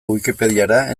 wikipediara